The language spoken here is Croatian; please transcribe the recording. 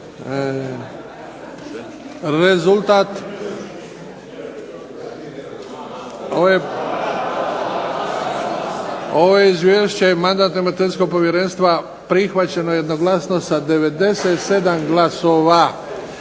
Rezultat. Ovo izvješće Mandatno-imunitetskog povjerenstva prihvaćeno je jednoglasno sa 97 glasova.